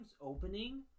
opening